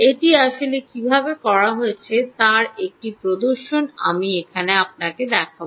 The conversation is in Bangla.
এটি আসলে কীভাবে করা হয়েছে তার একটি প্রদর্শন আমি আপনাকে দেখাব